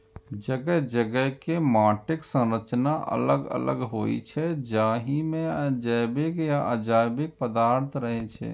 जगह जगह के माटिक संरचना अलग अलग होइ छै, जाहि मे जैविक आ अजैविक पदार्थ रहै छै